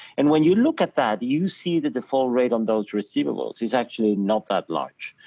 and when you look at that, you see that the fall rate on those receivables is actually not that large.